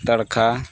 ᱛᱟᱲᱠᱟ